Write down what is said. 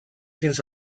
fins